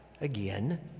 again